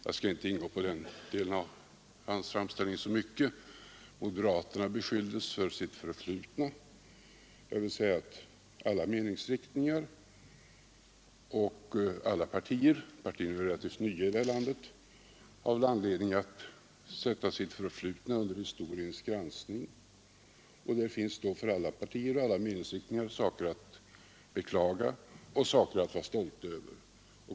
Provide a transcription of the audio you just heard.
Jag skall inte ingå på den delen av hans framställning så mycket. Moderaterna anklagades för sitt förflutna. Jag vill säga att alla meningsriktningar och alla partier — partierna är ju relativt nya i det här landet — har väl anledning att sätta sitt förflutna under historiens granskning, och det finns då för alla partier och alla meningsriktningar saker att beklaga och saker att vara stolt över.